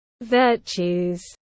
virtues